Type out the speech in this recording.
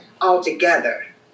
altogether